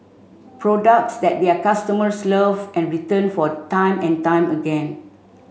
products that their customers love and return for time and time again